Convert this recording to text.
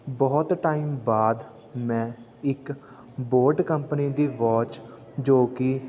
ਬਹੁਤ ਟਾਈਮ ਬਾਅਦ ਮੈਂ ਇੱਕ ਬੋਟ ਕੰਪਨੀ ਦੀ ਵੋਚ ਜੋ ਕਿ